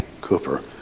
Cooper